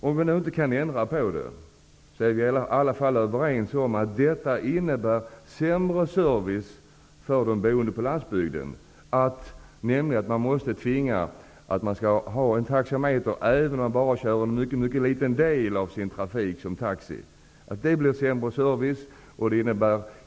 Om vi nu inte kan ändra på det här är vi i alla fall överens om att det faktum att man tvingas ha en taxameter även om den trafik man bedriver bara till en liten del består av taxikörningar innebär sämre service för de boende på landsbygden.